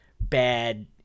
bad